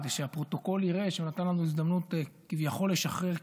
כדי שהפרוטוקול יראה שהוא נתן לנו הזדמנות כביכול לשחרר קיטור.